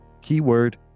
Keyword